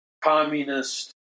communist